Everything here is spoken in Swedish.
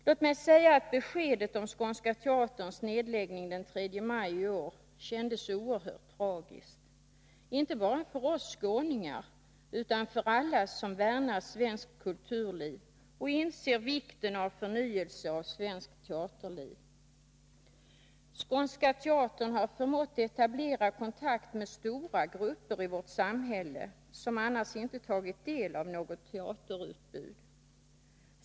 Låt mig säga att beskedet om Skånska Teaterns nedläggning den 3 maj i år kändes oerhört tragiskt, inte bara för oss skåningar utan för alla som värnar om svenskt kulturliv och inser vikten av förnyelse av svenskt teaterliv. Skånska Teatern har förmått etablera kontakt med stora grupper i vårt samhälle som annars inte har tagit del av något teaterutbud.